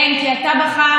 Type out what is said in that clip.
כן, כי אתה בחרת.